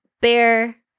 bear